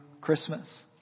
Christmas